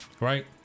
right